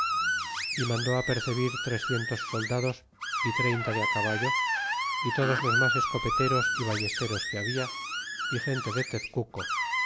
y mandó apercebir trecientos soldados y treinta de á caballo y todos los mas escopeteros y ballesteros que hab l a y gente de tezcuco